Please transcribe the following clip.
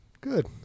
Good